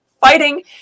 fighting